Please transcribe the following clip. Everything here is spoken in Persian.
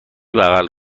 بغل